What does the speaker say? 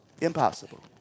impossible